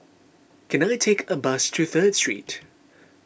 can I take a bus to Third Street